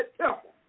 temple